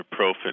ibuprofen